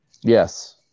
yes